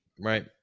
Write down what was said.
Right